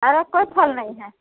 आरो कोइ फल नही है